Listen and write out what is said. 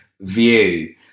view